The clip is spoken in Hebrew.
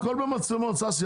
הכול במצלמות, ששי.